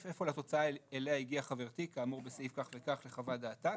איפה לתוצאה אליה הגיעה חברתי כאמור בסעיף כך וכך לחוות דעת.